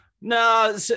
No